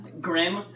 Grim